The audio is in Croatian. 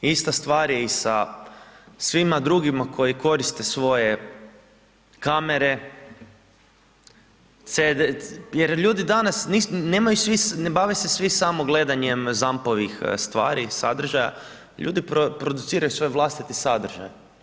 Ista stvar je i sa svima drugima koji koriste svoje kamere, jer ljudi danas, nemaju svi ne bave se svi samo gledanjem ZAMP-ovih stvari, sadržaja, ljudi producirati svoj vlastiti sadržaj.